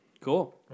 Cool